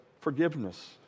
forgiveness